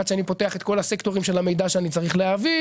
עד שאני פותח את כל הסקטורים של המידה שאני צריך להעביר.